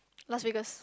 Las Vegas